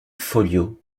folio